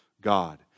God